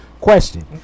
question